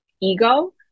ego